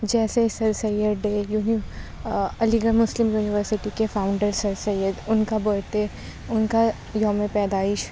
جیسے sir Syed day you know Aligarh Muslim University کے founder sir Syed ان کا برتھ ڈے ان کا یوم پیدائش